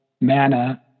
mana